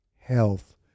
health